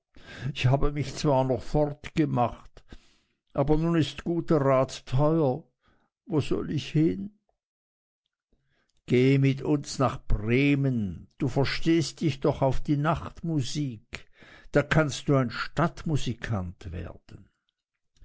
ich habe mich zwar noch fortgemacht aber nun ist guter rat teuer wo soll ich hin geh mit uns nach bremen du verstehst dich doch auf die nachtmusik da kannst du ein stadtmusikant werden